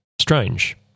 Strange